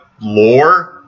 lore